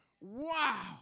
Wow